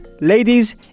ladies